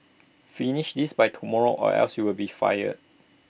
finish this by tomorrow or else you'll be fired